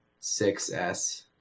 6S